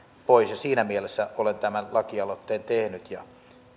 pois ja siinä mielessä olen tämän lakialoitteen tehnyt ja